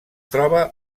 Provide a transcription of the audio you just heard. troba